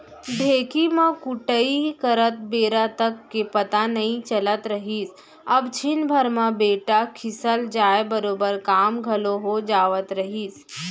ढेंकी म कुटई करत बेरा तक के पता नइ चलत रहिस कब छिन भर म बेटा खिसल जाय बरोबर काम घलौ हो जावत रहिस